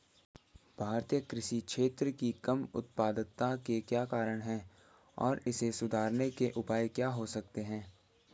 भारतीय कृषि क्षेत्र की कम उत्पादकता के क्या कारण हैं और इसे सुधारने के उपाय क्या हो सकते हैं?